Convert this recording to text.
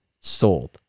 sold